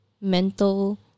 mental